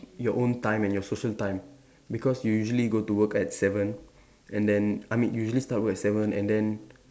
your own time and your social time because you usually go to work at seven and then I mean usually start work at seven and then